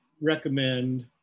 recommend